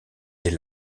des